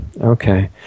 Okay